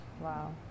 Wow